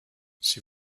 sie